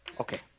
okay